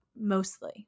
mostly